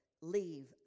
leave